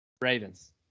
Ravens